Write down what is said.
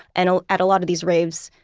and ah at a lot of these raves,